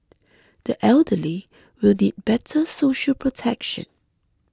the elderly will need better social protection